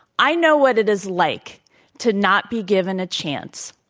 i know what it is like to not be given a chance,